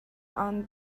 aunt